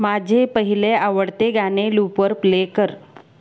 माझे पहिले आवडते गाणे लूपवर प्ले कर